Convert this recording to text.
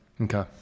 Okay